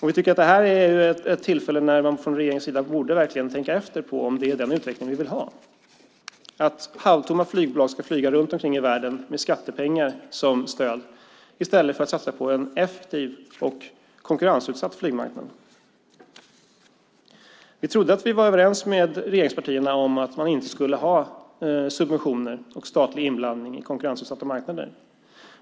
Vi tycker att detta är ett tillfälle när regeringen verkligen borde tänka efter om det är den utvecklingen vi vill ha. Vill vi att halvtomma flygplan ska flyga runt omkring världen med skattepengar som stöd i stället för att vi satsar på en effektiv och konkurrensutsatt flygmarknad? Vi trodde att vi var överens med regeringspartierna om att man inte skulle ha subventioner och statlig inblandning i konkurrensutsatta marknader.